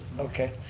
okay,